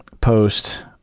post